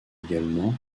également